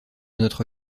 notre